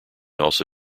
also